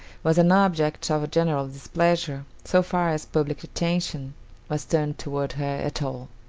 was an object of general displeasure, so far as public attention was turned toward her at all.